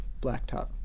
blacktop